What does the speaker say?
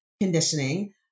conditioning